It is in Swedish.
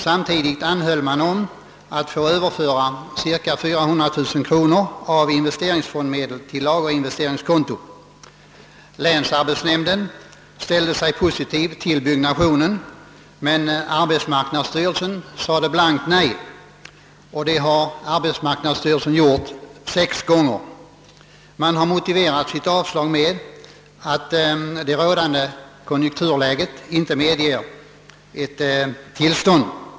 Samtidigt anhöll man om att få överföra cirka 400000 kronor av investeringsfondmedel till lagerinvesteringskontot. Länsarbetsnämnden ställde sig positiv till byggnationen, men arbetsmarknadsstyrelsen sade blankt nej. Det har den gjort sex gånger. Man har motiverat sitt avslag med att rådande konjunkturläge inte medger ett tillstånd.